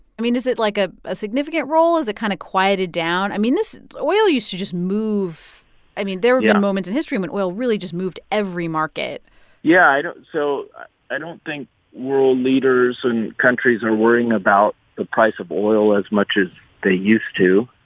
i mean, is it, like, a significant role? is it kind of quieted down? i mean, this oil used to just move i mean. yeah. there have been moments in history when oil really just moved every market yeah, i don't so i don't think world leaders and countries are worrying about the price of oil as much as they used to.